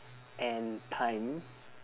and time